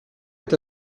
est